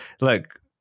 look